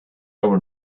were